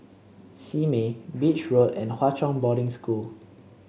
Simei Beach Road and Hwa Chong Boarding School